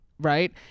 right